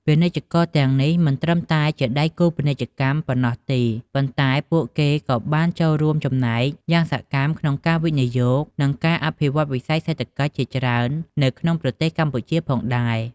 ពាណិជ្ជករទាំងនេះមិនត្រឹមតែជាដៃគូពាណិជ្ជកម្មប៉ុណ្ណោះទេ ប៉ុន្តែពួកគេក៏បានចូលរួមចំណែកយ៉ាងសកម្មក្នុងការវិនិយោគ និងការអភិវឌ្ឍវិស័យសេដ្ឋកិច្ចជាច្រើននៅក្នុងប្រទេសកម្ពុជាផងដែរ។